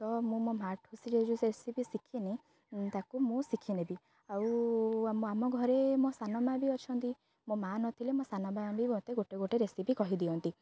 ତ ମୁଁ ମୋ ମାଠୁ ସେ ଯେଉଁ ରେସିପି ଶିଖିନି ତାକୁ ମୁଁ ଶିଖିନେବି ଆଉ ଆମ ଘରେ ମୋ ସାନ ମା ବି ଅଛନ୍ତି ମୋ ମା' ନଥିଲେ ମୋ ସାନ ମା ବି ମୋତେ ଗୋଟେ ଗୋଟେ ରେସିପି କହିଦିଅନ୍ତି